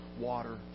water